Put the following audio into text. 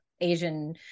Asian